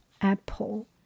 apple